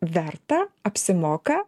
verta apsimoka